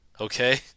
okay